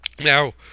now